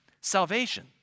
salvation